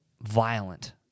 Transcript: violent